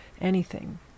anything